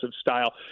style